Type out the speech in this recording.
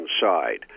side